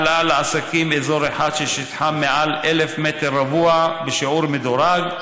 העלאה לעסקים מאזור אחד ששטחם מעל 1,000 מטר רבוע בשיעור מדורג,